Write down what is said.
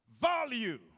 Value